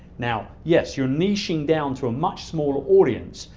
now, yes, you're niching down to a much smaller audience.